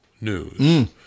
news